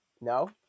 no